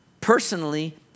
personally